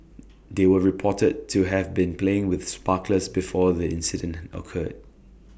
they were reported to have been playing with sparklers before the incident occurred